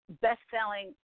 best-selling